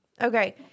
Okay